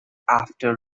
after